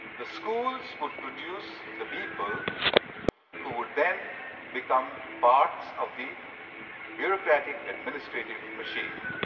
the schools would produce the people who would then become parts of the bureaucratic administrative machine.